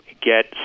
get